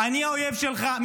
אני האויב שלך?